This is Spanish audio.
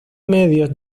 medios